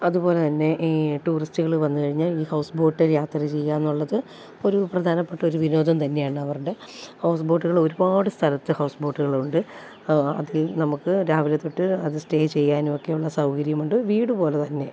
അതുപോലെ തന്നെ ഈ ടൂറിസ്റ്റുകൾ വന്നു കഴിഞ്ഞാൽ ഈ ഹൗസ് ബോട്ടിൽ യാത്ര ചെയ്യുകയെന്നുള്ളത് ഒരു പ്രധാനപ്പെട്ടൊരു വിനോദം തന്നെയാണ് അവരുടെ ഹൗസ് ബോട്ടുകൾ ഒരുപാട് സ്ഥലത്ത് ഹൗസ് ബോട്ടുകളുണ്ട് അതിൽ നമുക്ക് രാവിലെ തൊട്ട് അത് സ്റ്റേ ചെയ്യാനും ഒക്കെ ഉള്ള സൗകര്യമുണ്ട് വീടുപോലെ തന്നെ